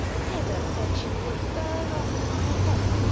hedda said she would burn off my hair.